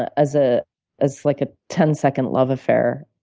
ah as ah as like a ten-second love affair.